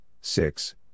six